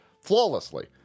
flawlessly